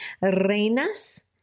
reinas